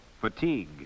fatigue